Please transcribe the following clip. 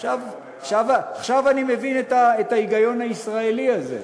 עכשיו אני מבין את ההיגיון הישראלי הזה.